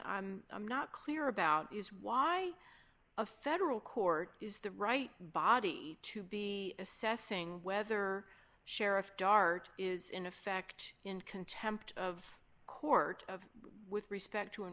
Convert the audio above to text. i'm not clear about is why a federal court is the right body to be assessing whether sheriff dart is in effect in contempt of court of with respect to